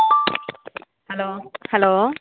hello hello